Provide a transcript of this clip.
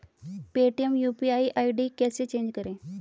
Paytm UPI ID कैसे change करें?